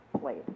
played